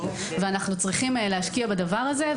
ואנחנו צריכים להשקיע בדבר הזה,